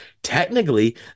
Technically